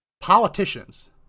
politicians